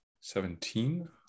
seventeen